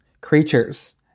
creatures